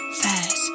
fast